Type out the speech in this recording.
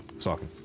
saucon.